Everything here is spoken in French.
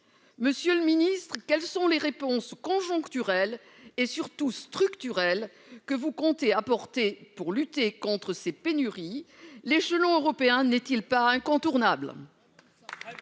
Monsieur le ministre, quelles réponses conjoncturelles et surtout structurelles comptez-vous apporter pour lutter contre ces pénuries ? L'échelon européen n'est-il pas incontournable ?